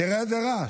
תראה איזה רעש.